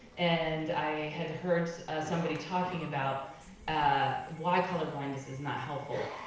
and i had heard somebody talking about ah why colorblindness is not helpful.